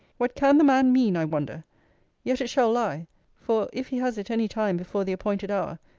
what can the man mean, i wonder yet it shall lie for if he has it any time before the appointed hour,